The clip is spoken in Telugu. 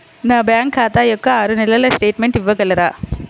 నా బ్యాంకు ఖాతా యొక్క ఆరు నెలల స్టేట్మెంట్ ఇవ్వగలరా?